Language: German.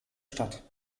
stadt